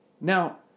Now